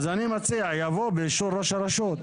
אז אני מציע שיבוא "באישור ראש הרשות".